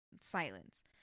silence